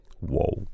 Whoa